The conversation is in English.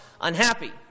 unhappy